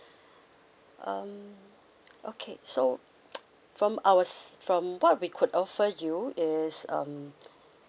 um okay so from ours from what we could offer you is um